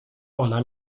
ona